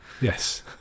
Yes